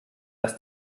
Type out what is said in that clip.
lass